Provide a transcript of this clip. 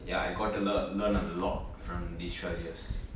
ya you I go to learn learn a lot from these twelve years